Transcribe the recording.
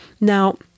Now